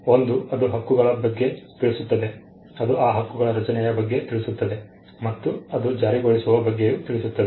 ಒಂದು ಅದು ಹಕ್ಕುಗಳ ಬಗ್ಗೆ ತಿಳಿಸುತ್ತದೆ ಅದು ಆ ಹಕ್ಕುಗಳ ರಚನೆಯ ಬಗ್ಗೆ ತಿಳಿಸುತ್ತದೆ ಮತ್ತು ಅದು ಜಾರಿಗೊಳಿಸುವ ಬಗ್ಗೆಯೂ ತಿಳಿಸುತ್ತದೆ